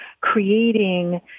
creating